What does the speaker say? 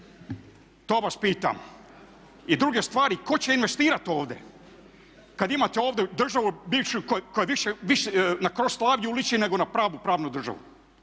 To vas pitam. I druge stvari tko će investirat ovdje kad imate ovdje državu bivšu koja više na …/Govornik se ne razumije./… liči nego na pravu pravnu državu.